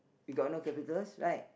you got no capitals right